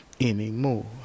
anymore